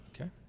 Okay